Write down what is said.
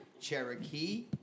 Cherokee